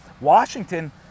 Washington